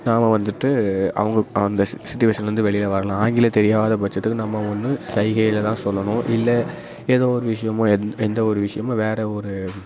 நாம் வந்துட்டு அவங்க அந்த ஸ் சுட்சுவேஷன்லேருந்து வெளியில் வரலாம் ஆங்கிலம் தெரியாதப்பட்சத்துக்கு நம்ம ஒன்று சைகையில் தான் சொல்லணும் இல்லை ஏதோ ஒரு விஷயம் எந் எந்த ஒரு விஷயம் வேறே ஒரு